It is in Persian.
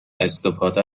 استفاده